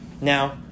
Now